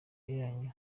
yanyu